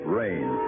rain